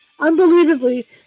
Unbelievably